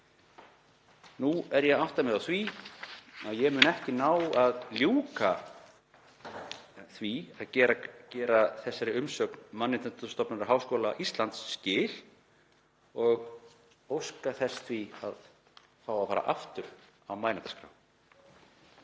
Nú er ég að átta mig á því að ég mun ekki ná að ljúka því að gera þessari umsögn Mannréttindastofnunar Háskóla Íslands skil og óska því að fá að fara aftur á mælendaskrá.